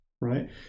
right